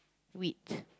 wheat